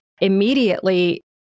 immediately